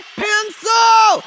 pencil